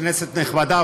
כנסת נכבדה,